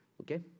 okay